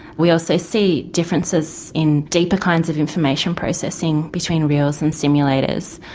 we also see differences in deeper kinds of information processing between reals and simulators.